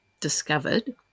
discovered